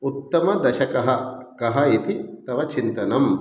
उत्तमदशकः कः इति तव चिन्तनम्